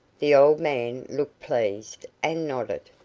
the old man looked pleased, and nodded.